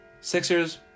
Sixers